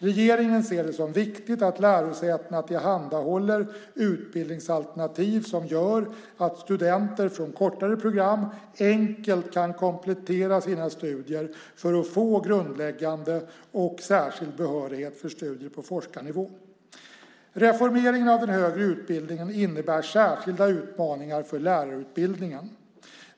Regeringen ser det som viktigt att lärosätena tillhandahåller utbildningsalternativ som gör att studenter från kortare program enkelt kan komplettera sina studier för att få grundläggande och särskild behörighet för studier på forskarnivå. Reformeringen av den högre utbildningen innebär särskilda utmaningar för lärarutbildningen.